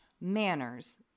manners